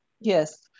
Yes